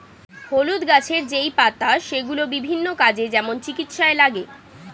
হলুদ গাছের যেই পাতা সেগুলো বিভিন্ন কাজে, যেমন চিকিৎসায় লাগে